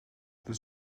this